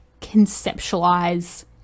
conceptualize